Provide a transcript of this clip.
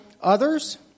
others